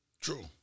True